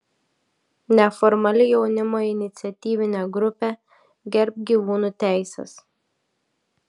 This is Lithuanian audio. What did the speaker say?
neformali jaunimo iniciatyvinė grupė gerbk gyvūnų teises